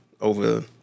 over